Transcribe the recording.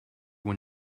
when